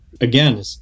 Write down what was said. again